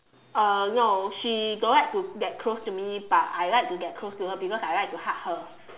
uh no she don't like to get close to me but I like to get close to her because I like to hug her